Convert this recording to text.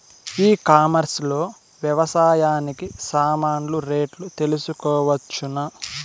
ఈ కామర్స్ లో వ్యవసాయానికి సామాన్లు రేట్లు తెలుసుకోవచ్చునా?